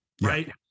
right